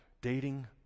Dating